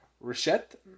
Rochette